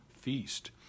feast